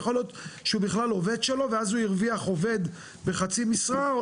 יכול להיות שהוא בכלל עובד שלו ואז הוא הרוויח עובד בחצי משרה.